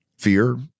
Fear